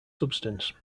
substance